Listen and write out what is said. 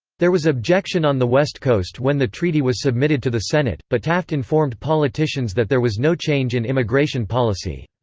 there was objection on the west coast when the treaty was submitted to the senate, but taft informed politicians that there was no change in immigration policy.